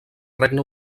regne